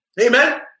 Amen